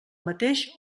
mateix